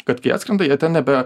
kad kai atskrenda jie ten nebe